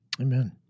Amen